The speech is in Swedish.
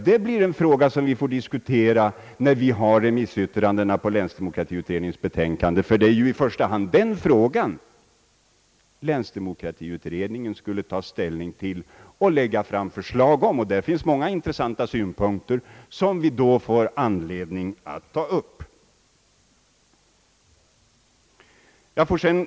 Det blir en fråga som vi får diskutera när vi har fått remissyttrandena på länsdemokratiutredningens betänkande, Det är ju i första hand den frågan länsdemokratiutredningen = skulle ta ställning till och lägga fram förslag om. Det finns många intressanta synpunkter som vi då får anledning att ta upp till diskussion.